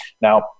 Now-